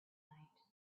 night